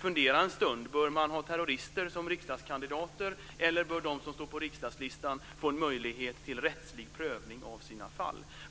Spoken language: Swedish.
fundera en stund. Bör man ha terrorister som riksdagskandidater, eller bör de som står på riksdagslistan få en möjlighet till rättslig prövning av sina fall?